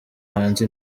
hanze